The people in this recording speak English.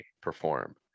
perform